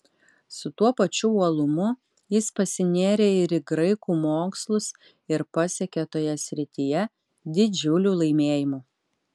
su tuo pačiu uolumu jis pasinėrė ir į graikų mokslus ir pasiekė toje srityje didžiulių laimėjimų